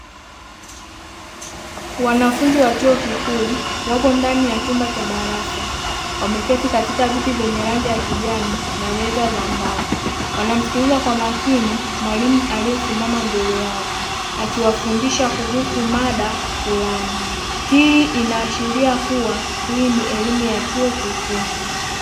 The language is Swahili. Wanafunzi wa chuo kikuu wapo ndani ya chumba cha darasa, wameketi katika viti vyenye rangi ya kijani na meza za mbao. Wanamsikiliza kwa makini mwalimu aliyesimama mbele yao, akiwafundisha kuhusu mada fulani. Hii inaashiria kuwa hii ni elimu ya chuo kikuu.